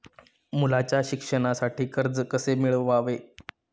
मुलाच्या शिक्षणासाठी कर्ज कसे मिळवावे?